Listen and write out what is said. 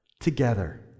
together